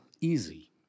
easy